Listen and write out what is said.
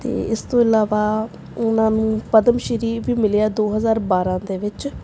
ਅਤੇ ਇਸ ਤੋਂ ਇਲਾਵਾ ਉਨ੍ਹਾਂ ਨੂੰ ਪਦਮ ਸ਼੍ਰੀ ਵੀ ਮਿਲਿਆ ਦੋ ਹਜ਼ਾਰ ਬਾਰ੍ਹਾਂ ਦੇ ਵਿੱਚ